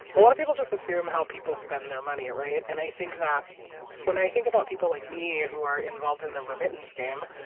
a lot of people just assume how people spend their money, right? and i think that when i think about people like me, who are involved in the remittance game,